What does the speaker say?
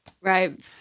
Right